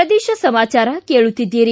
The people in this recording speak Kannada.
ಪ್ರದೇಶ ಸಮಾಚಾರ ಕೇಳುತ್ತೀದ್ದಿರಿ